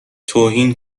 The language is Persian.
توهین